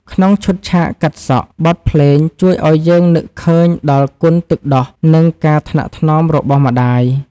ក្នុងឈុតឆាកកាត់សក់ បទភ្លេងជួយឱ្យយើងនឹកឃើញដល់គុណទឹកដោះ និងការថ្នាក់ថ្នមរបស់ម្ដាយ។